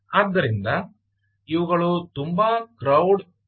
ಆದ್ದರಿಂದ ಇವುಗಳು ತುಂಬಾ ಕ್ಲೌಡ್ ಫ್ರೆಂಡ್ಲಿ ಆಗಿವೆ